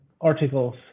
articles